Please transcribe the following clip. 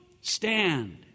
stand